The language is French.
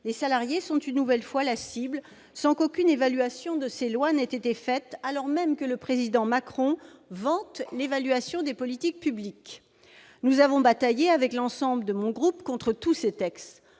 les salariés sont une nouvelle fois la cible, sans qu'aucune évaluation de ces lois ait été réalisée, alors même que le président Macron vante l'évaluation des politiques publiques ! J'ai bataillé, avec l'ensemble de mon groupe, contre tous ces textes.